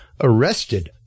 arrested